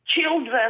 Children